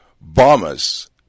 bombers